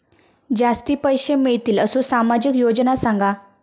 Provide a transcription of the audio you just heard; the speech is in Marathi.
जास्ती पैशे मिळतील असो सामाजिक योजना सांगा?